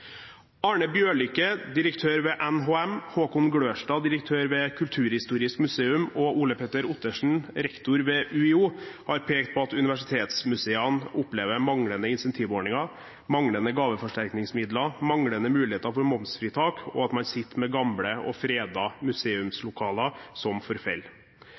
Arne Bjørlykke, direktør ved NHM, Håkon Glørstad, direktør ved Kulturhistorisk museum, og Ole Petter Ottersen, rektor ved UiO, har pekt på at universitetsmuseene opplever manglende incentivordninger, manglende gaveforsterkningsmidler, manglende muligheter for momsfritak, og at man sitter med gamle og fredede museumslokaler som